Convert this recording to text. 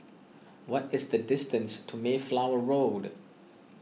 what is the distance to Mayflower Road